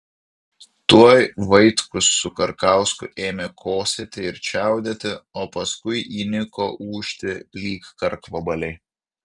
tuoj vaitkus su karkausku ėmė kosėti ir čiaudėti o paskui įniko ūžti lyg karkvabaliai